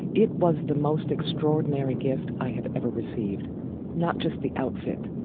it was the most extraordinary gift i have ever received not just the outfit,